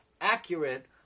accurate